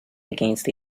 against